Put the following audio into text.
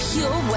Pure